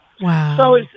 Wow